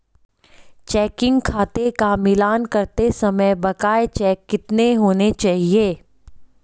Checking खाते का मिलान करते समय बकाया चेक कितने होने चाहिए?